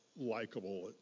likable